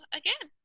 again